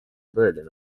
tõeline